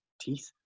teeth